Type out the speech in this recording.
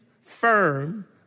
firm